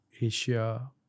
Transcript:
Asia